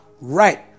right